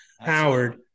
Howard